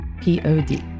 P-O-D